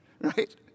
right